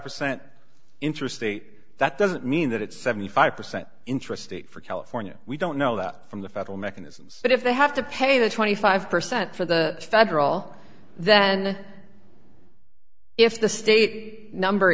percent interstate that doesn't mean that it's seventy five percent interest rate for california we don't know that from the federal mechanisms but if they have to pay the twenty five percent for the federal then if the state number